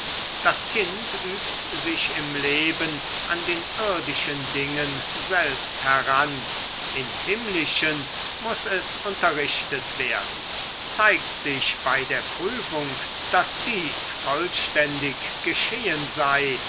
das kind übt sich im leben an den irdischen dingen selbst heran in himmlischen muß es unterrichtet werden zeigt sich bei der prüfung daß dies vollständig geschehen sei